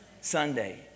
Sunday